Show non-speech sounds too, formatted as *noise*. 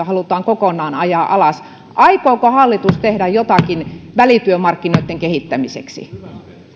*unintelligible* halutaan kokonaan ajaa alas aikooko hallitus tehdä jotakin välityömarkkinoitten kehittämiseksi